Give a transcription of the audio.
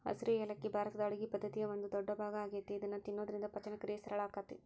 ಹಸಿರು ಯಾಲಕ್ಕಿ ಭಾರತದ ಅಡುಗಿ ಪದ್ದತಿಯ ಒಂದ ದೊಡ್ಡಭಾಗ ಆಗೇತಿ ಇದನ್ನ ತಿನ್ನೋದ್ರಿಂದ ಪಚನಕ್ರಿಯೆ ಸರಳ ಆಕ್ಕೆತಿ